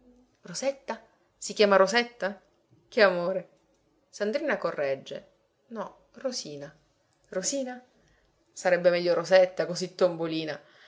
rosetta si chiama rosetta che amore sandrina corregge no rosina rosina sarebbe meglio rosetta così tombolina